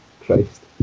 Christ